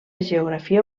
geografia